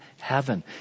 heaven